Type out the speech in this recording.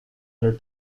their